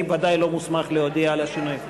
אני ודאי לא מוסמך להודיע על השינויים.